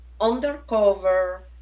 undercover